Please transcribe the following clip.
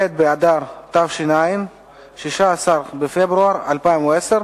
ב' באדר תש"ע, 16 בפברואר 2010,